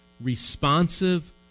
responsive